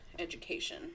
education